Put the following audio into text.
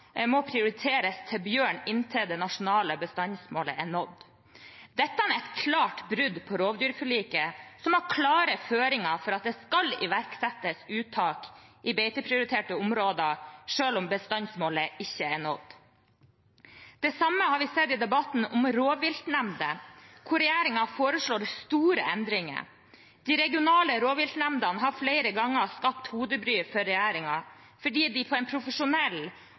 må prioriteres til bjørn inntil det nasjonale bestandsmålet er nådd. Dette er et klart brudd på rovdyrforliket, som har klare føringer for at det skal iverksettes uttak i beiteprioriterte områder selv om bestandsmålet ikke er nådd. Det samme har vi sett i debatten om rovviltnemnder, der regjeringen foreslår store endringer. De regionale rovviltnemndene har flere ganger skapt hodebry for regjeringen fordi de på en profesjonell